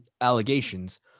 allegations